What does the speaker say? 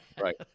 Right